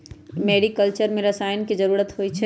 mariculture में रसायन के जरूरत होई छई